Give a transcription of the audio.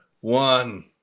One